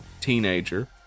teenager